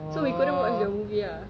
oh